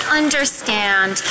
understand